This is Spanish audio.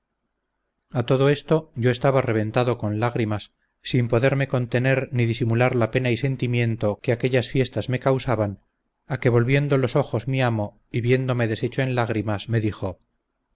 a todo esto yo estaba reventando con lágrimas sin poderme contener ni disimular la pena y sentimiento que aquellas fiestas me causaban a que volviendo los ojos mi amo y viéndome deshecho en lágrimas me dijo